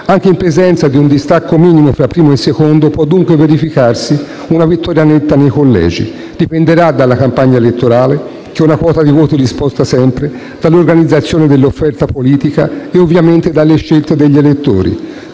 Anche in presenza di un distacco minimo fra primo e secondo, dunque, può verificarsi una vittoria netta nei collegi. Dipenderà dalla campagna elettorale, che una quota di voti li sposta sempre, dall'organizzazione dell'offerta politica e ovviamente dalle scelte degli elettori.